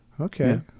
Okay